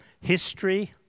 history